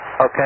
Okay